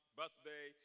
birthday